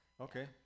Okay